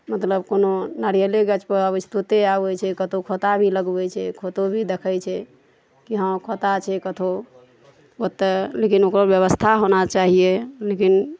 मतलब कोनो नारियले गाछ पर अबै छै तोते आबै छै कतौ खोता भी लगबै छै खोतो भी देखै छै कि हँ खोता छै कतहु ओतए लेकिन ओकरो व्यवस्था होना चाहिए लेकिन